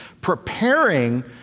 preparing